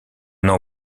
n’en